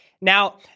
Now